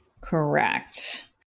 Correct